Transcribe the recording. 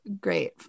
great